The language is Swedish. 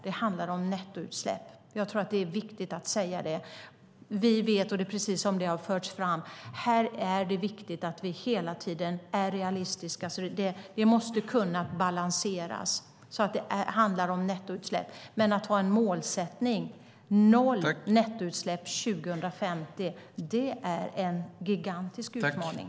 Det handlar om nettoutsläpp. Det är viktigt att säga. Här är det viktigt att vi ständigt är realistiska. Det hela måste kunna balanseras. Det handlar alltså om nettoutsläpp. Att ha målsättningen noll nettoutsläpp år 2050 är en gigantisk utmaning.